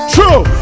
True